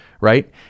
right